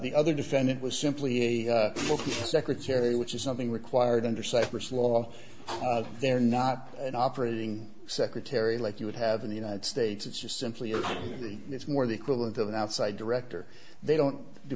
ther defendant was simply a secretary which is something required under cyprus law they're not an operating secretary like you would have in the united states it's just simply the it's more the equivalent of an outside director they don't do